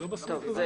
זה לא הסעיף הזה.